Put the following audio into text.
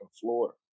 floor